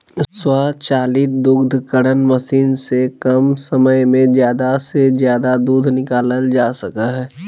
स्वचालित दुग्धकरण मशीन से कम समय में ज़्यादा से ज़्यादा दूध निकालल जा सका हइ